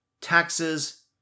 taxes